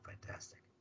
fantastic